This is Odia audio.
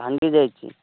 ଭାଙ୍ଗି ଯାଇଛି